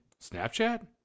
Snapchat